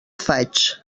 faig